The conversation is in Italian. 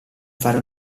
fare